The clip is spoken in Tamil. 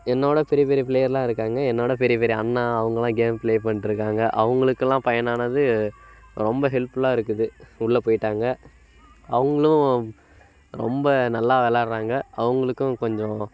என்னோட பெரிய பெரிய பிளேயர்லாம் இருக்காங்க என்னோட பெரிய பெரிய அண்ணா அவங்களாம் கேம் பிளே பண்ணிட்ருக்காங்க அவுங்களுக்கெல்லாம் பயன் ஆனது ரொம்ப ஹெல்ப்ஃபுல்லாக இருக்குது உள்ளே போய்ட்டாங்க அவங்களும் ரொம்ப நல்லா விளாட்றாங்க அவங்களுக்கும் கொஞ்சம்